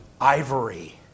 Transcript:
ivory